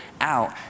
out